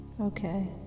okay